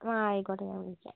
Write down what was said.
ആ ആയിക്കോട്ടെ ഞാൻ വിളിക്കാം